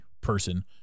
person